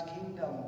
kingdom